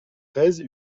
treize